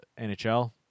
NHL